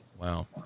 Wow